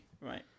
right